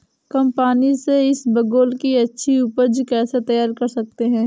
कम पानी से इसबगोल की अच्छी ऊपज कैसे तैयार कर सकते हैं?